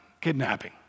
kidnapping